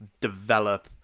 develop